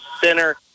Center